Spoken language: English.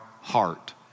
heart